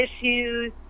issues